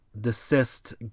desist